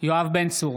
יואב בן צור,